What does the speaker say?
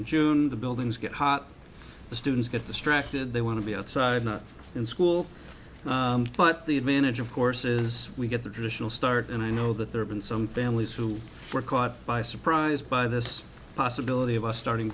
in june the buildings get hot the students get distracted they want to be outside not in school but the advantage of course is we get the traditional start and i know that there have been some families who were caught by surprise by this possibility of us starting